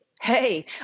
Hey